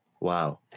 wow